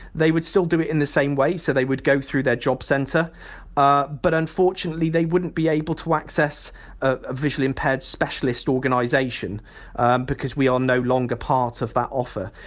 they would still do it in the same way, so they would go through their job centre ah but unfortunately, they wouldn't be able to access a visually impaired specialist organisation because we are no longer part of that offer.